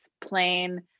plain